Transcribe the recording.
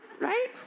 right